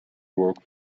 work